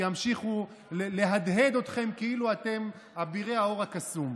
שימשיכו להדהד אתכם כאילו אתם אבירי האור הקסום.